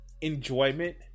enjoyment